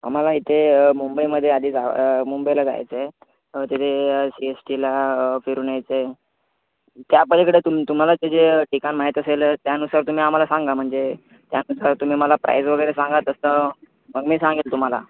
आम्हाला इथे मुंबईमध्ये आधी जा मुंबईला जायचं आहे तिथे शी एश टीला फिरून यायचं आहे त्या पलीकडे तुम तुम्हाला ते जे ठिकाण माहीत असेल त्यानुसार तुम्ही आम्हाला सांगा म्हणजे त्यानुसार तुम्ही मला प्राईज वगैरे सांगा तसं मग मी सांगेल तुम्हाला